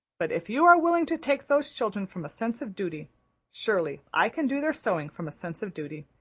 but if you are willing to take those children from a sense of duty surely i can do their sewing from a sense of duty.